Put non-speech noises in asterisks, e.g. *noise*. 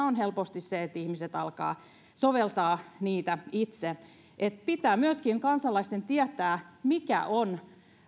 *unintelligible* on helposti se että ihmiset alkavat soveltaa niitä itse eli pitää myöskin kansalaisten tietää mikä on